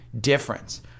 difference